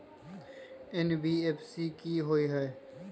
NBFC कि होअ हई?